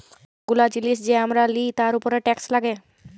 ছব গুলা জিলিস যে আমরা লিই তার উপরে টেকস লাগ্যে